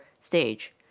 stage